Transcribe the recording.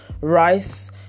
rice